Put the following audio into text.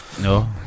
no